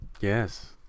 Yes